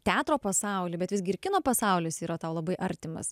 teatro pasaulį bet visgi ir kino pasaulis yra tau labai artimas